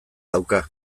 dauka